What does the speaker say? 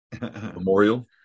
memorial